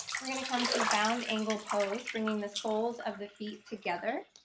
we're going to come to bound ankle pose, bringing the soles of the feet together,